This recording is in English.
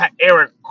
Eric